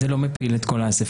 זה לא מפיל את כל האסיפה.